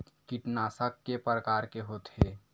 कीटनाशक के प्रकार के होथे?